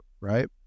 right